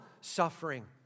suffering